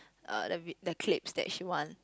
uh the vid~ the clips that she want